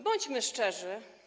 Bądźmy szczerzy.